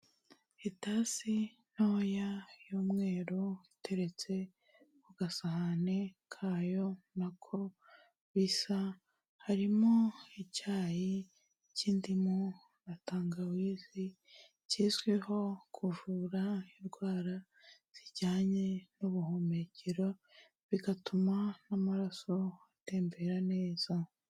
Itasi ntoya y'umweru iteretse ku gasahane kayo nako bisa, harimo icyayi cy'indimu na tangawizi kizwiho kuvura indwara zijyanye n'ubuhumekero bigatuma n'amaraso atembera neza.